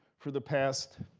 for the past